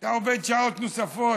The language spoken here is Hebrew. אתה עובד שעות נוספות.